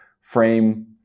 frame